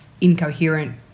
incoherent